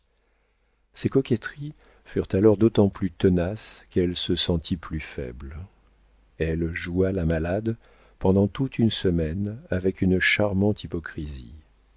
ses coquetteries furent alors d'autant plus tenaces qu'elle se sentit plus faible elle joua la malade pendant toute une semaine avec une charmante hypocrisie